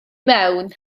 mewn